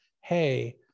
hey